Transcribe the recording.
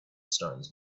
stones